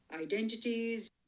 identities